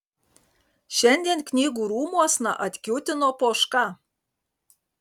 šiandien knygų rūmuosna atkiūtino poška